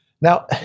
now